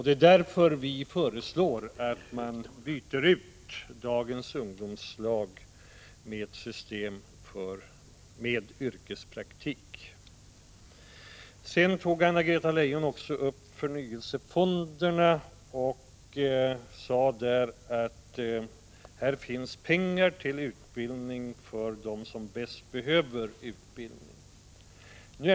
Det är därför som vi föreslår att dagens ungdomslag byts ut mot ett system med yrkespraktik. Anna-Greta Leijon berörde också förnyelsefonderna och sade: Här finns pengar till utbildning för dem som bäst behöver utbildning.